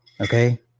okay